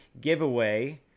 giveaway